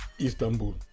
Istanbul